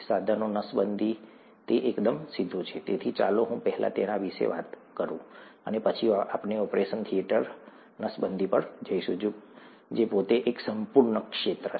સાધન નસબંધી તે એકદમ સીધું છે તેથી ચાલો હું પહેલા તેના વિશે વાત કરું અને પછી આપણે ઓપરેશન થિયેટર નસબંધી પર જઈશું જે પોતે એક સંપૂર્ણ ક્ષેત્ર છે